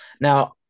Now